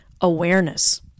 awareness